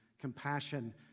Compassion